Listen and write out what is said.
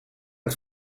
met